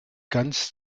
ganz